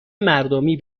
مردمی